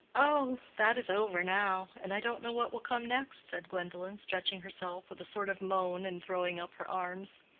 oh, that is over now, and i don't know what will come next, said gwendolen, stretching herself with a sort of moan and throwing up her arms.